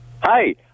hi